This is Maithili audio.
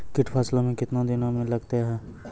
कीट फसलों मे कितने दिनों मे लगते हैं?